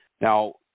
Now